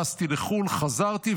טסתי לחו"ל, חזרתי.